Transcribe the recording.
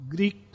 Greek